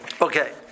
okay